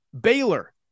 Baylor